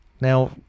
Now